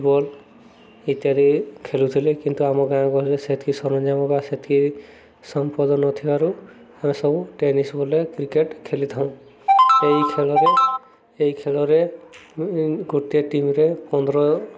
ball ଇତ୍ୟାଦି ଖେଳୁଥିଲି କିନ୍ତୁ ଆମ ଗାଁ ଗହଳିରେ ସେତିକି ସରଞ୍ଜାମ ବା ସେତିକି ସମ୍ପଦ ନଥିବାରୁ ଆମେ ସବୁ ଟେନିସ୍ ବଲ୍ରେ କ୍ରିକେଟ୍ ଖେଲିଥାଉ ଏହି ଖେଳରେ ଏହି ଖେଳରେ ଗୋଟିଏ ଟିମ୍ରେ ପନ୍ଦର